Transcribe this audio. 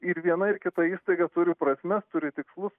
ir viena ir kita įstaiga turi prasmes turi tikslus